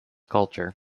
culture